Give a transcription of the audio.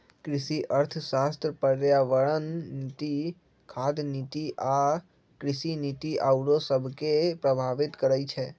कृषि अर्थशास्त्र पर्यावरण नीति, खाद्य नीति आ कृषि नीति आउरो सभके प्रभावित करइ छै